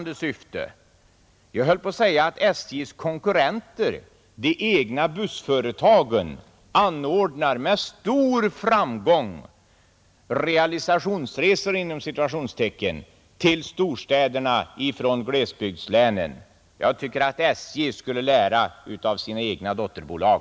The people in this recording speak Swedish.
De egna bussföretagen — jag höll på att säga SJ:s konkurrenter — anordnar med stor framgång ”realisationsresor” till storstäderna från glesbygdslänen. Jag tycker att SJ borde lära av sina egna dotterbolag.